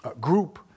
group